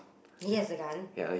he has a gun